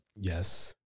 Yes